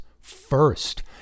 first